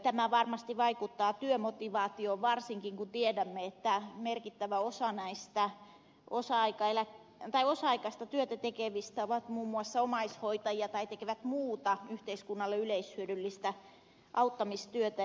tämä varmasti vaikuttaa työmotivaatioon varsinkin kun tiedämme että merkittävä osa näistä osa aikaista työtä tekevistä on muun muassa omaishoitajia tai tekevät muuta yhteiskunnalle yleishyödyllistä auttamistyötä